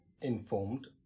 informed